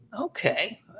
okay